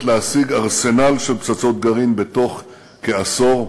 להשיג ארסנל של פצצות גרעין בתוך כעשור,